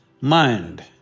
mind